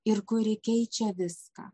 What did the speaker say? ir kuri keičia viską